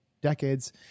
decades